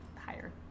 higher